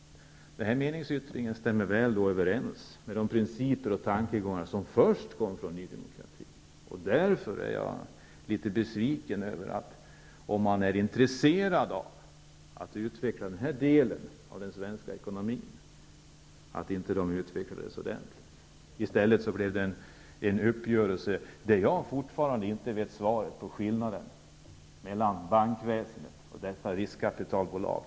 Vår meningsyttring stämmer väl överens med de principer och tankegångar som först kom från Ny demokrati. Jag är därför litet besviken över att man inte ordentligt vill utveckla den här delen av den svenska ekonomin, om man nu är intresserad av att göra det. I stället blev det en uppgörelse, i vilken jag fortfarande inte vet vilken som är skillnaden mellan bankväsendet och detta riskkapitalbolag.